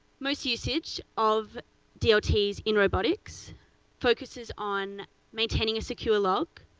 most usage of dot's in robotics focuses on maintaining a secure log,